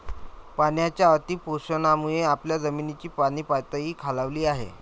पाण्याच्या अतिशोषणामुळे आपल्या जमिनीची पाणीपातळी खालावली आहे